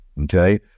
Okay